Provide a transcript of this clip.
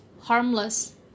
harmless